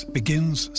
begins